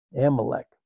Amalek